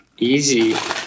easy